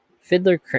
fiddler